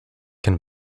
can